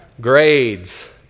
Grades